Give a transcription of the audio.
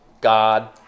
God